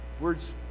Words